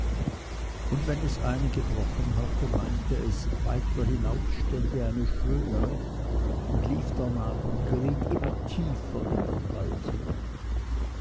und wenn es eine gebrochen hatte meinte es weiter hinaus stände eine schönere und lief darnach und geriet immer tiefer in den wald hinein